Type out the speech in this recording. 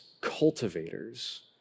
cultivators